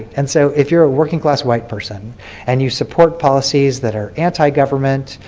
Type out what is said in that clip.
and so if you're a working class white person and you support policies that are anti government,